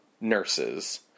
nurses